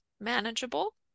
manageable